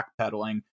backpedaling